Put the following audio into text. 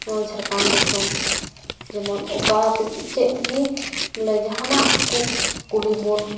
ᱱᱚᱣᱟ ᱡᱷᱟᱲᱠᱷᱚᱸᱰ ᱫᱤᱥᱚᱢ ᱡᱮᱢᱚᱱ ᱚᱠᱟ ᱛᱮᱜᱮ ᱪᱮᱫ ᱜᱮ ᱵᱚᱞᱮ ᱡᱟᱦᱟᱱᱟᱜ ᱠᱚ ᱠᱩᱞᱤ ᱵᱚᱱ